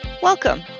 Welcome